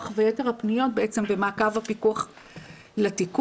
ויתר הפניות בעצם במעקב הפיקוח לתיקון.